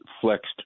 flexed